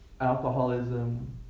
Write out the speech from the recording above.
alcoholism